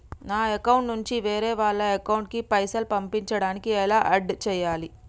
నా అకౌంట్ నుంచి వేరే వాళ్ల అకౌంట్ కి పైసలు పంపించడానికి ఎలా ఆడ్ చేయాలి?